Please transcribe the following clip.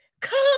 Come